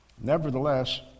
Nevertheless